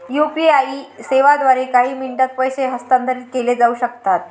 UPI सेवांद्वारे काही मिनिटांत पैसे हस्तांतरित केले जाऊ शकतात